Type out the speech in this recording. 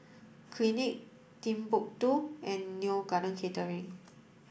Clinique Timbuk two and Neo Garden Catering